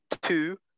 Two